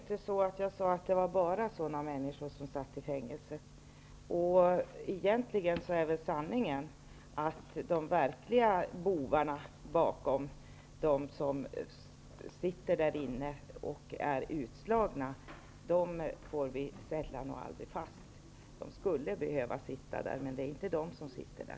Herr talman! Jag sade inte att bara sådana människor sitter i fängelser. Egentligen är väl sanningen att de verkliga bovarna bakom dem som är utslagna och sitter i fängelse får vi sällan eller aldrig fast. De skulle behöva sitta i fängelse, men det är inte de som sitter där.